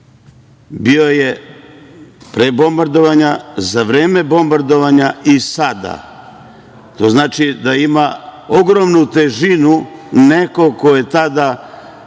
Bio je pre bombardovanja, za vreme bombardovanja i sada. To znači da ima ogromnu težinu neko ko je tada